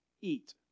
eat